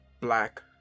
black